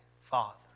Father